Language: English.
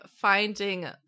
finding